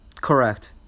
Correct